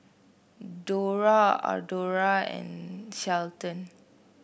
Dora Audra and Shelton